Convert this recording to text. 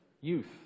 youth